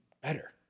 better